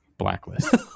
blacklist